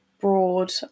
broad